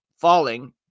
falling